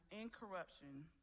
incorruption